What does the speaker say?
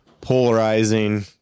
polarizing